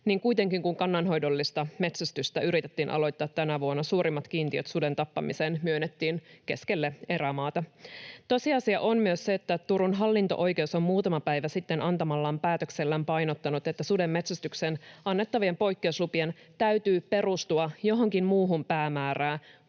kuitenkin, kun kannanhoidollista metsästystä yritettiin aloittaa tänä vuonna, suurimmat kiintiöt suden tappamiseen myönnettiin keskelle erämaata. Tosiasia on myös se, että Turun hallinto-oikeus on muutama päivä sitten antamallaan päätöksellään painottanut, että sudenmetsästykseen annettavien poikkeuslupien täytyy perustua johonkin muuhun päämäärään